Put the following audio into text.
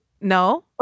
no